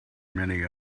many